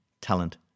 talent